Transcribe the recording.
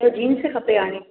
मूंखे जिन्स खपे हाणे